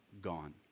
gone